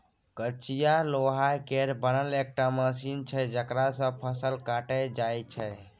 कचिया लोहा केर बनल एकटा मशीन छै जकरा सँ फसल काटल जाइ छै